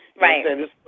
Right